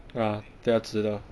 啊对啊直的啊